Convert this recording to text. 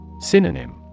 Synonym